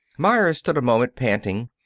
meyers stood a moment panting,